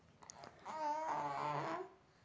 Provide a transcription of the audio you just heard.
ಬೇಜಗಳಲ್ಲಿ ಯಾವ ತರಹದ ಬೇಜಗಳು ಅದವರಿ?